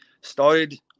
started